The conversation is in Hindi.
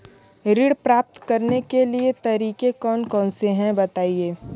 ऋण प्राप्त करने के तरीके कौन कौन से हैं बताएँ?